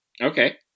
Okay